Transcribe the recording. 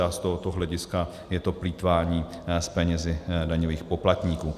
A z tohoto hlediska je to plýtvání s penězi daňových poplatníků.